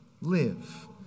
live